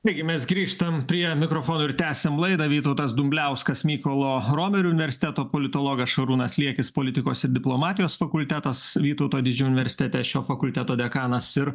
taigi mes grįžtam prie mikrofono ir tęsiam laidą vytautas dumbliauskas mykolo romerio universiteto politologas šarūnas liekis politikos ir diplomatijos fakultetas vytauto didžiojo universitete šio fakulteto dekanas ir